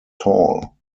tall